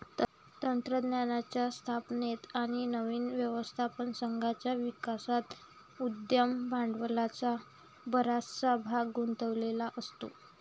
तंत्रज्ञानाच्या स्थापनेत आणि नवीन व्यवस्थापन संघाच्या विकासात उद्यम भांडवलाचा बराचसा भाग गुंतलेला असतो